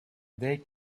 they